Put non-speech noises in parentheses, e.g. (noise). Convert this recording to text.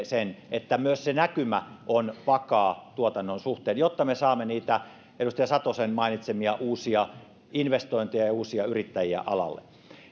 (unintelligible) sen että myös näkymä tuotannon suhteen on vakaa jotta me saamme edustaja satosen mainitsemia uusia investointeja ja uusia yrittäjiä alalle